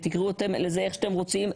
תקראי אתם לזה איך שאתם רוצים.